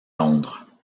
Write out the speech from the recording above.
londres